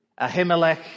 Ahimelech